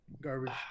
Garbage